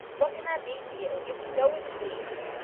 what can that be to you? you can go when you please.